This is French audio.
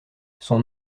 son